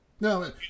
No